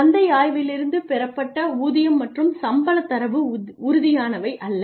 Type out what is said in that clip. சந்தை ஆய்விலிருந்து பெறப்பட்ட ஊதியம் மற்றும் சம்பளத் தரவு உறுதியானவை அல்ல